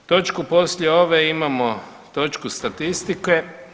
Točku poslije ove imamo točku statistike.